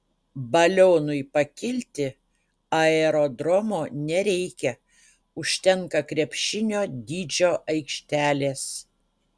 balionui pakilti aerodromo nereikia užtenka krepšinio dydžio aikštelės